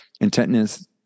intentness